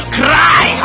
cry